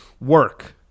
Work